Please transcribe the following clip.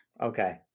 Okay